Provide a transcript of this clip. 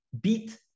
beat